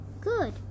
good